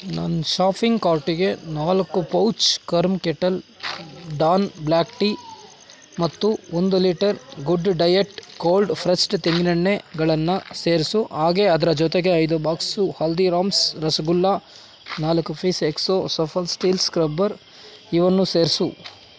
ನನ್ನ ಷಾಫಿಂಗ್ ಕಾರ್ಟಿಗೆ ನಾಲ್ಕು pouch karma kettle dawn black tea ಮತ್ತು ಒಂದು litre good diet cold pressed ತೆಂಗಿನೆಣ್ಣೆಗಳನ್ನು ಸೇರಿಸು ಹಾಗೇ ಅದರ ಜೊತೆಗೆ ಐದು ಬಾಕ್ಸು ಹಲ್ದೀರಾಮ್ಸ್ ರಸಗುಲ್ಲ ನಾಲ್ಕು piece Exo Safal steel scrubber ಇವನ್ನೂ ಸೇರಿಸು